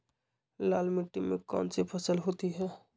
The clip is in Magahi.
लाल मिट्टी में कौन सी फसल होती हैं?